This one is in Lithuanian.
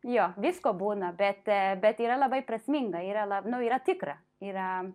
jo visko būna bet bet yra labai prasminga yra la nu yra tikra yra